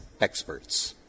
Experts